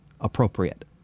appropriate